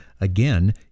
again